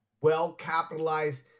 well-capitalized